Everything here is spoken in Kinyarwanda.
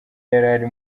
yari